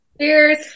Cheers